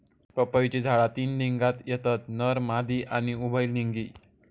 पपईची झाडा तीन लिंगात येतत नर, मादी आणि उभयलिंगी